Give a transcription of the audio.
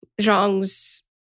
Zhang's